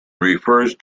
refers